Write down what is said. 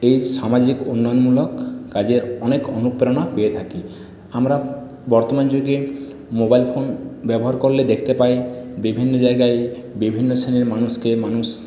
এই সামাজিক উন্নয়নমূলক কাজের অনেক অনুপ্রেরণা পেয়ে থাকি আমরা বর্তমান যুগে মোবাইল ফোন ব্যবহার করলে দেখতে পাই বিভিন্ন জায়গায় বিভিন্ন শ্রেণীর মানুষকে মানুষ